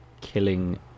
killing